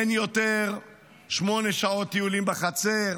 אין יותר שמונה שעות טיולים בחצר,